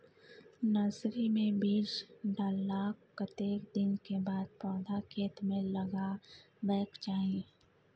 Nursery मे बीज डाललाक कतेक दिन के बाद पौधा खेत मे लगाबैक चाही?